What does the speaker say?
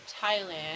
Thailand